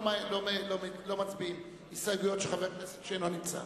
לא מצביעים על הסתייגויות חבר כנסת שלא נמצא.